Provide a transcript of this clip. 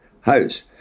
house